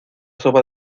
sopa